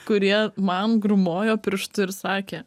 kurie man grūmojo pirštu ir sakė